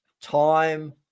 Time